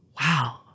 wow